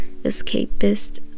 escapist